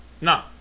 No